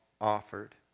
offered